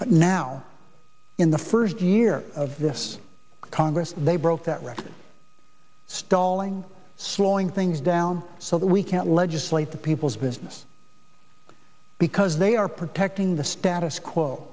but now in the first year of this congress they broke that record stalling slowing things down so that we can't legislate the people's business because they are protecting the status quo